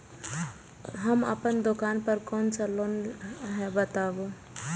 हम अपन दुकान पर कोन सा लोन हैं बताबू?